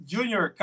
Junior